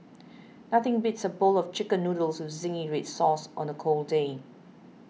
nothing beats a bowl of Chicken Noodles with Zingy Red Sauce on a cold day